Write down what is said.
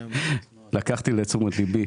לקחתי לתשומת ליבי.